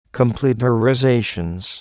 completerizations